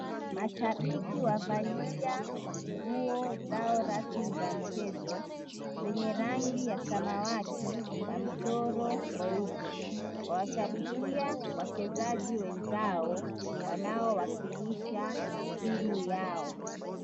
Mashabiki wavalia nguo zao rasmi za michezo zenye rangi ya samawati na mchoro mweupe. Wanashabikia wachezaji wenzao wanao wakilisha timu yao.